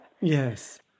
Yes